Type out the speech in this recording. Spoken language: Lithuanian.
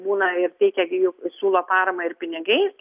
būna ir teikia gi juk siūlo paramą ir pinigais